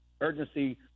urgency